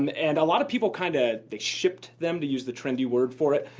um and a lot of people, kind of, they shipped them, to use the trendy word for it.